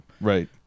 Right